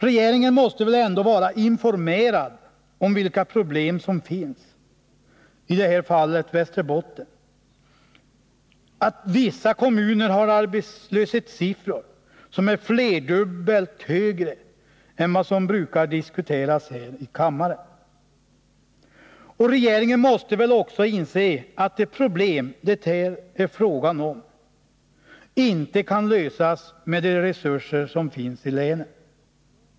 Regeringen måste väl ändå vara informerad om vilka problem som finns, i det här fallet i Västerbotten, bl.a. om att vissa kommuner har arbetslöshetssiffror som är flerdubbelt högre än vad som brukar diskuteras här i kammaren. Regeringen måste väl också inse att de problem som det här är fråga om inte kan lösas med de resurser som finns i länet.